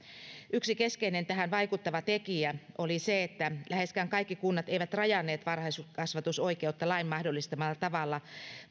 yksi keskeinen tähän vaikuttava tekijä oli se että läheskään kaikki kunnat eivät rajanneet varhaiskasvatusoikeutta lain mahdollistamalla tavalla vaan